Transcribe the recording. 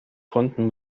konnten